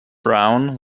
browne